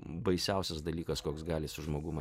baisiausias dalykas koks gali su žmogum